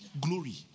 glory